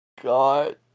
God